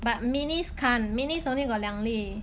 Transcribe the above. but minis can't minis only got 两粒